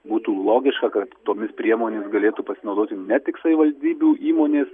būtų logiška kad tomis priemonėmis galėtų pasinaudoti ne tik savivaldybių įmonės